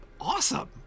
awesome